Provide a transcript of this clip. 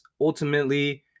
ultimately